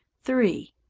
three.